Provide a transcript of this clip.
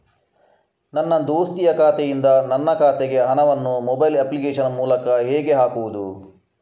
ನನ್ನ ದೋಸ್ತಿಯ ಖಾತೆಯಿಂದ ನನ್ನ ಖಾತೆಗೆ ಹಣವನ್ನು ಮೊಬೈಲ್ ಅಪ್ಲಿಕೇಶನ್ ಮೂಲಕ ಹೇಗೆ ಹಾಕುವುದು?